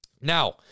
Now